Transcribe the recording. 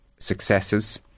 successes